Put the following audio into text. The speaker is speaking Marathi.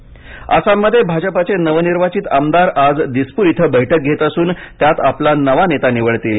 भाजपा आसाममध्ये भाजपाचे नवनिर्वाचित आमदार आज दिसपूर इथं बैठक घेत असून त्यात आपला नवा नेता निवडतील